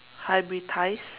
hybridize